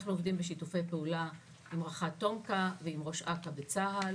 אנחנו עובדים בשיתוף פעולה עם רח"ט תומכ"א ועם ראש אכ"א בצה"ל